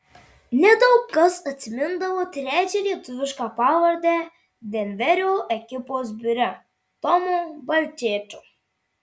nedaug kas atsimindavo trečią lietuvišką pavardę denverio ekipos biure tomo balčėčio